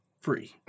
free